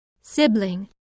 Sibling